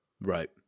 right